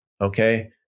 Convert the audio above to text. okay